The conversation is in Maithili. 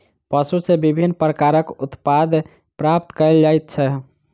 पशु सॅ विभिन्न प्रकारक उत्पाद प्राप्त कयल जाइत छै